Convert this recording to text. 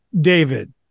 David